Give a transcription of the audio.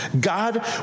God